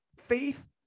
faith